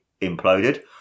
imploded